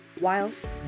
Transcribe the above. whilst